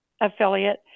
affiliate